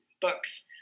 books